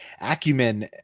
acumen